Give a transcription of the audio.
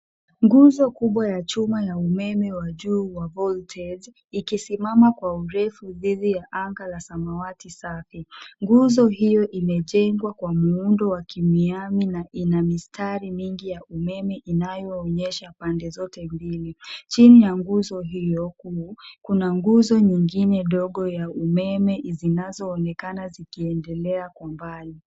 Nguzo kubwa ya chuma ya umeme wa juu wa voltage ikisimama kwa urefu dhidi ya anga la samawati safi. Nguzo hio imejengwa kwa muundo wa kimiami na ina mistari mingi ya umeme inayoonyesha pande zote mbili. Chini ya nguzo hio kuu, kuna nguzo nyingine ndogo za umeme zinazonekana zikiendelea kwa mbali.